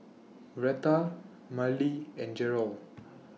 Retha Marlee and Gerold